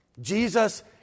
Jesus